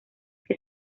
que